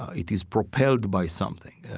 it is propelled by something.